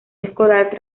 escolar